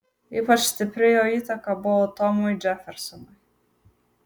ypač stipri jo įtaka buvo tomui džefersonui